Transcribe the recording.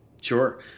Sure